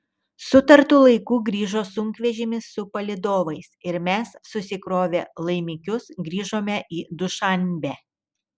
sutartu laiku grįžo sunkvežimis su palydovais ir mes susikrovę laimikius grįžome į dušanbę